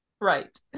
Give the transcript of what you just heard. Right